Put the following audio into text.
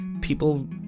people